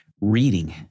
reading